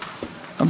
חקיקה).